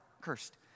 Cursed